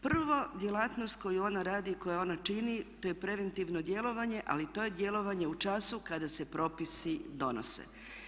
Prvo, djelatnost koju ona radi i koju ona čini to je preventivno djelovanje, ali to je djelovanje u času kada se propisi donose.